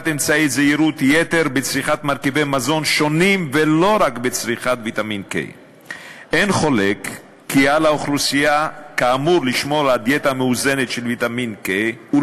אמצעי זהירות יתר בצריכת מרכיבי מזון שונים ולא רק בצריכת ויטמין K. אין חולק כי על האוכלוסייה כאמור לשמור על דיאטה מאוזנת של ויטמין K,